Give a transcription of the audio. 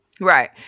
right